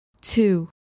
two